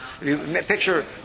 picture